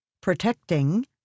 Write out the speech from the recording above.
protecting